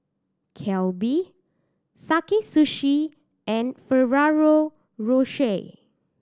Calbee Sakae Sushi and Ferrero Rocher